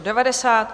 90.